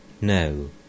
no